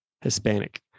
Hispanic